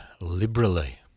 liberally